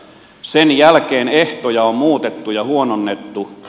sen jälkeen ehtoja on muutettu ja huononnettu